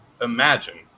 imagine